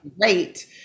great